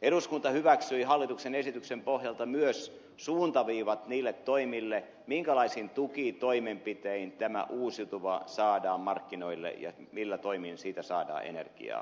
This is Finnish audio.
eduskunta hyväksyi hallituksen esityksen pohjalta myös suuntaviivat niille toimille minkälaisin tukitoimenpitein tämä uusiutuva saadaan markkinoille ja millä toimin siitä saadaan energiaa